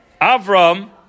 Avram